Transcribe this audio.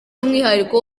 umwihariko